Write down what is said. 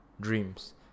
dreams